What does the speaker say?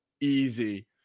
easy